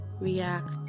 react